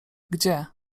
gdzie